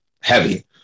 heavy